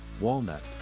walnut